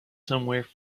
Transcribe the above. somewhere